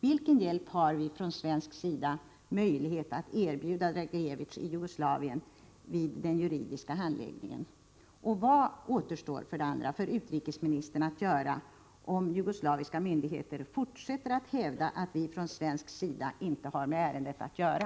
Vilken hjälp har vi från svensk sida möjlighet att erbjuda Dragicevic i Jugoslavien vid den juridiska handläggningen? 2. Vad återstår för utrikesministern att göra om jugoslaviska myndigheter fortsätter att hävda att vi från svensk sida inte har med ärendet att göra?